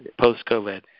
post-COVID